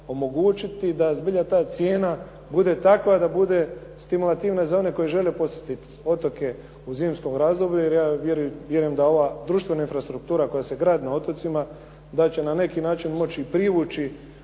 da zbilja ta cijena da bude takva da bude stimulativna za one koji žele posjetiti otoke u zimskom razdoblju, jer ja vjerujem da ova društvena infrastruktura koja se gradi na otocima, da će na neki način moći privući